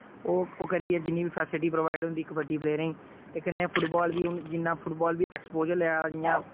ओह् ओ करियै जिन्नी बी फैसिलिटी प्रोवाइड होंदी कबड्डी प्लेयरें ते कन्नै फुटबाल बी हुन जिन्ना फुटबाल बी एक्सपोजर लै दा जि'यां